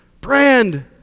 brand